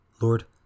Lord